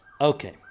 Okay